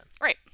Right